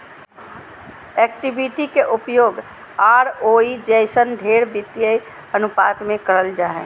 equity के उपयोग ROE जइसन ढेर वित्तीय अनुपात मे करल जा हय